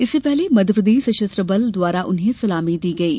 इससे पहले मध्यप्रदेश सशस्त्र बल द्वारा उन्हें सलामी दी गयी